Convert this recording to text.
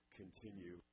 continue